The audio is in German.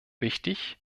wichtig